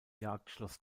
jagdschloss